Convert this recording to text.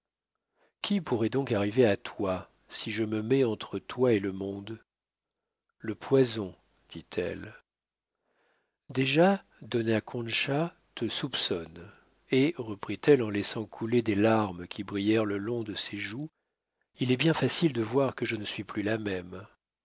qui pourrait donc arriver à toi si je me mets entre toi et le monde le poison dit-elle déjà dona concha te soupçonne et reprit-elle en laissant couler des larmes qui brillèrent le long de ses joues il est bien facile de voir que je ne suis plus la même